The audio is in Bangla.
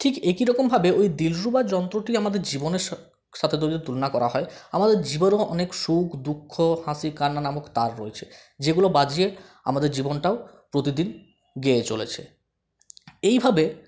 ঠিক একই রকমভাবে ওই দিলরুবা যন্ত্রটি আমাদের জীবনের সাথে যদি তুলনা করা হয় আমাদের জীবনেও অনেক সুখ দুঃখ হাসি কান্না নামক তার রয়েছে যেগুলো বাজিয়ে আমাদের জীবনটাও প্রতিদিন গেয়ে চলেছে এইভাবে